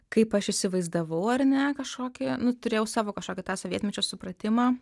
kaip aš įsivaizdavau ar ne kažkokį nu turėjau savo kažkokį tą sovietmečio supratimą